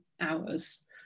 hours